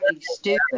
stupid